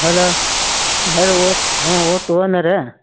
hello ಯಾರು ಹ್ಞೂ ಹೋಟು ಒನರ